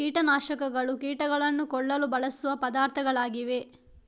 ಕೀಟ ನಾಶಕಗಳು ಕೀಟಗಳನ್ನು ಕೊಲ್ಲಲು ಬಳಸುವ ಪದಾರ್ಥಗಳಾಗಿವೆ